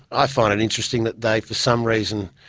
i find it interesting that they, for some reason,